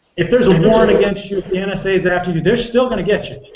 if there's a warrant against you, if the and nsa is after you, they're still going to get you.